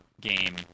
game